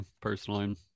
personally